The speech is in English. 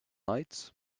lights